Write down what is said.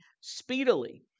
speedily